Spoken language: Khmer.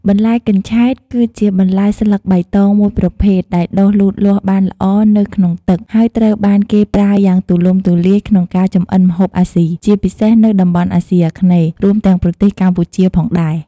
បន្លែកញ្ឆែត គឺជាបន្លែស្លឹកបៃតងមួយប្រភេទដែលដុះលូតលាស់បានល្អនៅក្នុងទឹក ហើយត្រូវបានគេប្រើយ៉ាងទូលំទូលាយក្នុងការចម្អិនម្ហូបអាស៊ី ជាពិសេសនៅតំបន់អាស៊ីអាគ្នេយ៍ រួមទាំងប្រទេសកម្ពុជាផងដែរ។